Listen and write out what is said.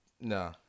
no